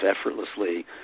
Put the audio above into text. effortlessly